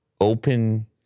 open